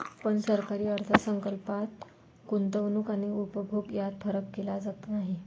पण सरकारी अर्थ संकल्पात गुंतवणूक आणि उपभोग यात फरक केला जात नाही